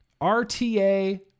RTA